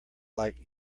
like